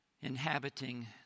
inhabiting